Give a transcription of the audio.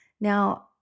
Now